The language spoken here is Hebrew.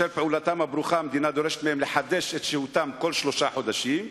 בשל פעולתם הברוכה המדינה דורשת מהם לחדש את שהותם כל שלושה חודשים,